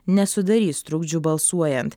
nesudarys trukdžių balsuojant